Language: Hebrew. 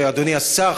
אדוני השר,